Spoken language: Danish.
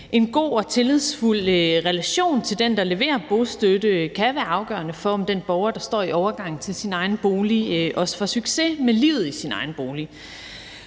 En god og tillidsfuld relation til den, der leverer bostøtte, kan være afgørende for, om den borger, der står i overgangen til sin egen bolig, også får succes med livet i sin egen bolig.